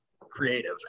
creative